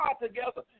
together